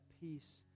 peace